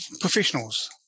professionals